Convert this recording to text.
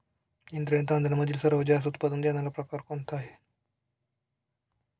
इंद्रायणी तांदळामधील सर्वात जास्त उत्पादन देणारा प्रकार कोणता आहे?